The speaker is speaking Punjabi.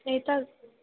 ਇਹ ਤਾਂ